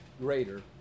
greater